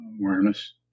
awareness